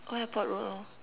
old-airport-road lor